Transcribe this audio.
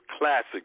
classic